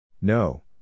No